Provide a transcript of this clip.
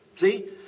See